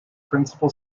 principal